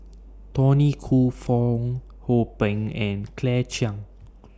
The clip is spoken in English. Tony Khoo Fong Hoe Beng and Claire Chiang